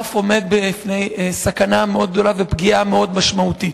הענף עומד בפני סכנה מאוד גדולה ופגיעה מאוד משמעותית.